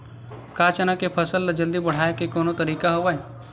का चना के फसल ल जल्दी बढ़ाये के कोनो तरीका हवय?